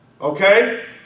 Okay